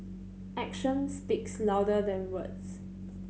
action speaks louder than words